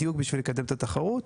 בדיוק בשביל לקדם את התחרות.